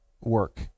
work